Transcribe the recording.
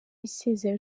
isezera